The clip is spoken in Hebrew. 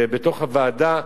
שבתוך הוועדה,